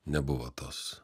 nebuvo tos